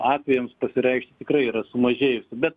atvejams pasireikšt tikrai yra sumažėjusi bet